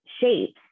shapes